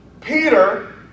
Peter